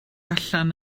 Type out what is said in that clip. allan